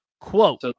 Quote